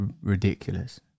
ridiculous